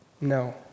No